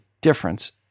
difference